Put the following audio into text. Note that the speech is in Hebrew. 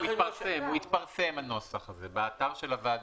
הוא התפרסם הנוסח הזה, באתר הוועדה.